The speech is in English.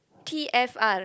T_F_R